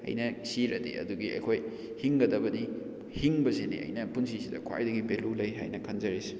ꯑꯩꯅ ꯁꯤꯔꯗꯤ ꯑꯗꯒꯤ ꯑꯩꯈꯣꯏ ꯍꯤꯡꯒꯗꯕꯅꯤ ꯍꯤꯡꯕꯁꯤꯅꯤ ꯑꯩꯅ ꯄꯨꯟꯁꯤꯁꯤꯗ ꯈ꯭ꯋꯥꯏꯗꯒꯤ ꯚꯦꯂꯨ ꯂꯩ ꯍꯥꯏꯅ ꯈꯟꯖꯔꯤꯁꯤ